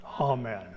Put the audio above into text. Amen